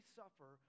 suffer